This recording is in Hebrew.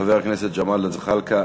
חבר הכנסת ג'מאל זחאלקה,